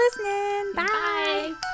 Bye